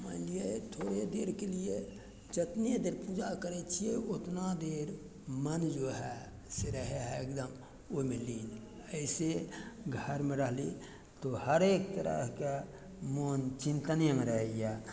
मानि लिअ थोड़े देरके लिये जतने देर पूजा करय छियै ओतना देर मन जो हइ से रहय हइ एकदम ओइमे लीन अइसँ घरमे रहली तो हरेक तरहके मोन चिन्तनेमे रहइए